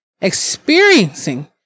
experiencing